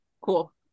Cool